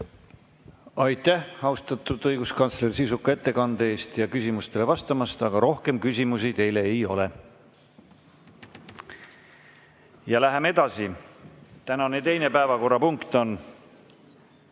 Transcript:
Aitäh, austatud õiguskantsler, sisuka ettekande eest ja küsimustele vastamast! Rohkem küsimusi teile ei ole. Läheme edasi. Tänane teine päevakorrapunkt on ...